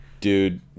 Dude